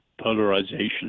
Polarization